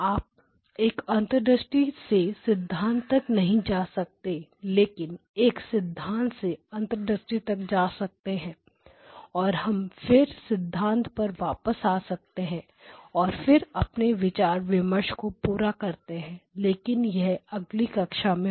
आप एक अंतर्दृष्टि से सिद्धांत तक नहीं जा सकते लेकिन एक सिद्धांत से अंतर्दृष्टि तक जा सकते हैं और फिर हम सिद्धांत पर वापस आ सकते हैं और फिर अपने विचार विमर्श को पूरा करते हैं लेकिन वह अगली कक्षा में होगा